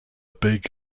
big